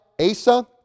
Asa